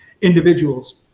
individuals